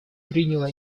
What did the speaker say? приняло